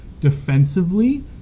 defensively